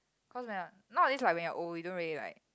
cause when I nowadays like when you're old you don't really like